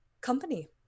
company